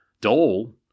Dole